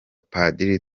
padiri